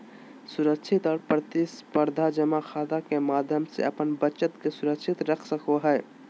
सुरक्षित और प्रतिस्परधा जमा खाता के माध्यम से अपन बचत के सुरक्षित रख सको हइ